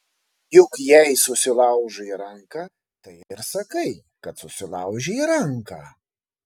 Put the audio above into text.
juk jei susilaužai ranką tai ir sakai kad susilaužei ranką